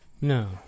No